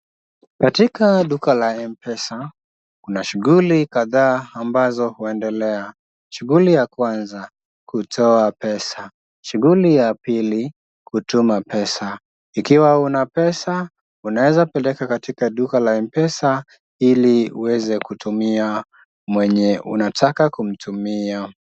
Katika duka la M-pesa kuna shughuli kadhaa ambazo huendelea . Shughuli ya kwanza kutoa pesa, shughuli ya pili kutuma pesa. Ikiwa una pesa unaweza peleka katika duka la M-pesa ili uweze kutumia mwenye unataka kumtumia.